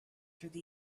through